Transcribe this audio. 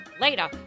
Later